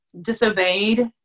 disobeyed